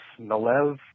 Malev